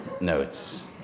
notes